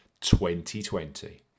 2020